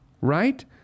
Right